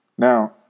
Now